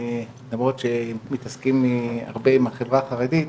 למרות שמתעסקים הרבה עם החברה החרדית,